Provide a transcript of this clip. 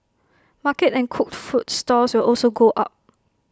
market and cooked food stalls will also go up